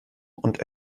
und